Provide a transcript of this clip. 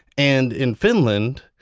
and in finland,